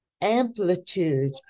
amplitude